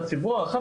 לציבור הרחב,